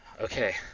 Okay